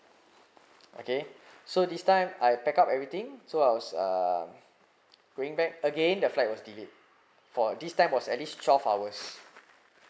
okay so this time I pack up everything so I was uh during back again the flight was delayed for this time was at least twelve hours